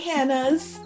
Hannahs